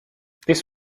this